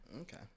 okay